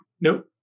nope